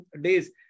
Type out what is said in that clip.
days